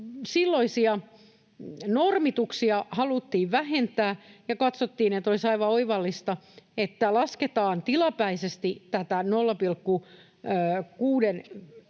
Silloisia normituksia haluttiin vähentää, ja katsottiin, että olisi aivan oivallista, että lasketaan tilapäisesti tätä